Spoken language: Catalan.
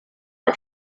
que